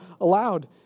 allowed